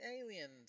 aliens